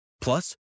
Plus